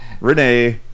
Renee